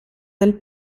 del